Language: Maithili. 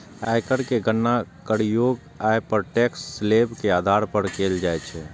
आयकर के गणना करयोग्य आय पर टैक्स स्लेब के आधार पर कैल जाइ छै